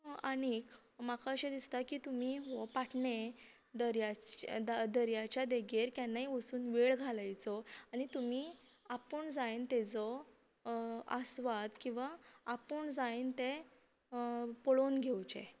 आनीक म्हाका अशें दिसता की तुमी पाटणें दरया दर्याचे देगेर वचून वेळ घालयचो आनी तुमी आपूण जायन ताजो आस्वाद किंवा आपूण जायन तें पळोन घेवचें